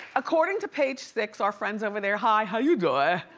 according to page six, our friends over there. hi, how you doin'?